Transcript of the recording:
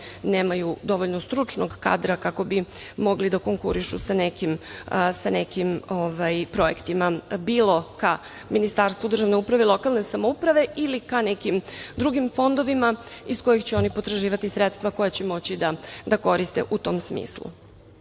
nemaju dovoljno stručnog kadra kako bi mogli da konkurišu sa nekim projektima bilo ka Ministarstvu državne uprave i lokalne samouprave ili ka nekim drugim fondovima iz kojih će oni potraživati sredstva koja će moći da koriste u tom smislu. Želim